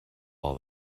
all